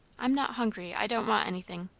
i'm not hungry. i don't want anything.